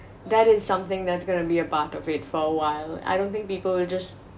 that is something that's going to be a part of it for awhile I don't think people will just